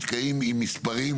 אנחנו נתקעים עם מספרים,